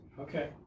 Okay